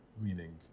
meaning